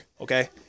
Okay